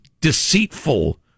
deceitful